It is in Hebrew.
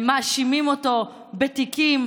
מאשימים אותו בתיקים